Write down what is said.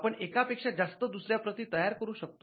आपण एकापेक्षा जास्त दुसऱ्या प्रती तयार करू शकतो